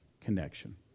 connection